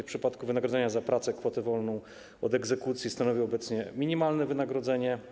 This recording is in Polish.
W przypadku wynagrodzenia za pracę kwotę wolną od egzekucji stanowi obecnie wysokość minimalnego wynagrodzenia.